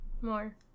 more